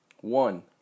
One